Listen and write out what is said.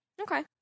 Okay